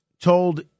told